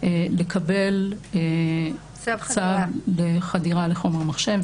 לקבל צו חדירה לחומר מחשב,